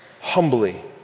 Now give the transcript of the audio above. humbly